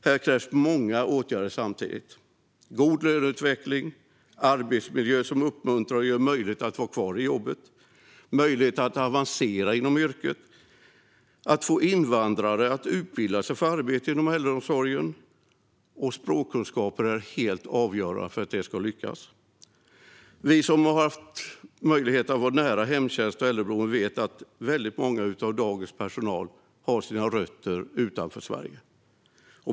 Här krävs många åtgärder samtidigt: en god löneutveckling, en arbetsmiljö som uppmuntrar och gör det möjligt att vara kvar i jobbet, möjlighet att avancera inom yrket och därtill att få invandrare att utbilda sig för arbete inom äldreomsorgen. Språkkunskaper är helt avgörande för att det senare ska lyckas. Vi som har haft möjlighet att vara nära hemtjänst och äldreboenden vet att många av dagens personal har sina rötter utanför Sverige.